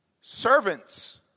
Servants